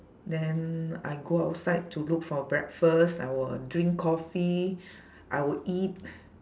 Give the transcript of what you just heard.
then I go outside to look for breakfast I will drink coffee I will eat